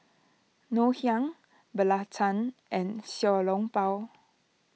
Ngoh Hiang Belacan and Xiao Long Bao